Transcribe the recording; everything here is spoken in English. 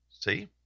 See